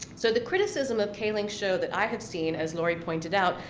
so the criticism of kaling's show that i have seen, as lori pointed out,